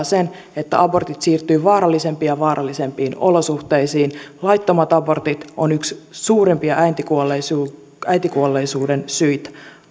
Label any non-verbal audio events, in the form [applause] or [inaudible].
[unintelligible] sen että abortit siirtyvät vaarallisempiin ja vaarallisempiin olosuhteisiin laittomat abortit ovat yksi suurimpia äitikuolleisuuden äitikuolleisuuden syitä